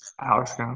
Alex